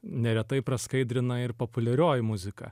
neretai praskaidrina ir populiarioji muzika